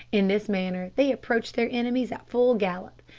in this manner they approach their enemies at full gallop,